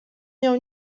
nią